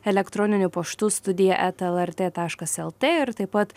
elektroniniu paštu studija eta lrt taškas lt ir taip pat